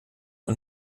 und